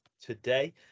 today